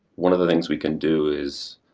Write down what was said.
one of the things we can do is,